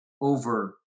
over